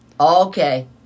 Okay